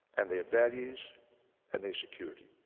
and their values and their security.